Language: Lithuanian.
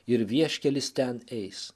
ir vieškelis ten eis